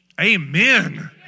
Amen